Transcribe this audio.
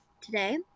today